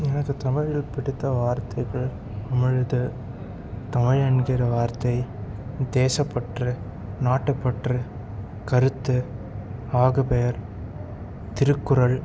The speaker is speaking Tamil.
எனக்கு தமிழில் பிடித்த வார்த்தைகள் அமிழ்து தாய் என்கிற வார்த்தை தேசப்பற்று நாட்டுப்பற்று கருத்து ஆகுபெயர் திருக்குறள்